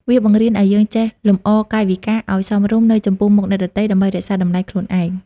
វាបង្រៀនឱ្យយើងចេះកែលម្អកាយវិការឱ្យសមរម្យនៅចំពោះមុខអ្នកដទៃ ដើម្បីរក្សាតម្លៃខ្លួនឯង។